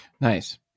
Nice